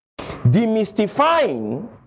Demystifying